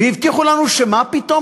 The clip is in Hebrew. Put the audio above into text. והבטיחו לנו שמה פתאום,